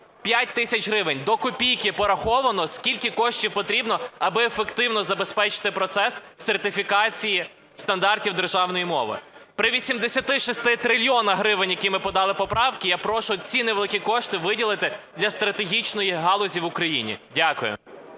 5 тисяч гривень. До копійки пораховано, скільки коштів потрібно, аби ефективно забезпечити процес сертифікації стандартів державної мови. При 86 трильйонах гривень, які ми подали в поправки, я прошу ці невеликі кошти виділити для стратегічної галузі в Україні. Дякую.